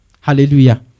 Hallelujah